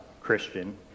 Christian